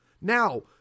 Now